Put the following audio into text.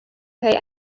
pay